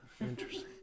Interesting